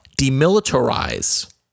Demilitarize